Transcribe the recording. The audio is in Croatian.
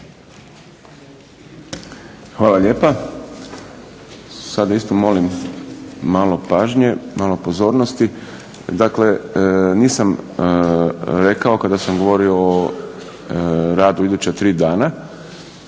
Hvala lijepa. Sad isto molim malo pažnje, malo pozornosti. Dakle, nisam rekao kada sam govorio o radu u iduća tri dana